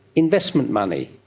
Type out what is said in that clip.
investment money.